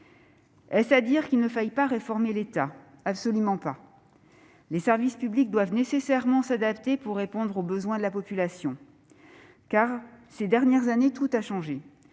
Est-ce à dire qu'il ne faut pas réformer l'État ? Absolument pas ! Les services publics doivent nécessairement s'adapter pour répondre aux besoins de la population. Ces dernières années, en effet, tout a changé.